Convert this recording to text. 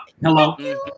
Hello